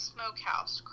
Smokehouse